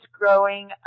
growing